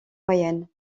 moyenne